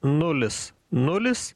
nulis nulis